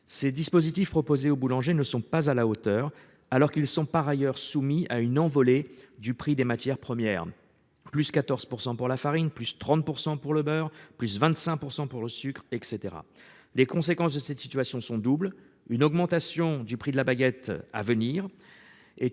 ces dispositifs proposés aux boulangers ne sont pas à la hauteur alors qu'ils sont par ailleurs soumis à une envolée du prix des matières premières, plus 14% pour la farine, plus 30% pour le beurre plus 25% pour le sucre et caetera. Les conséquences de cette situation sont doubles, une augmentation du prix de la baguette à venir et